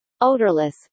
odorless